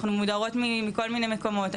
אנחנו מודרות מכל מיני מקומות,